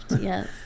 Yes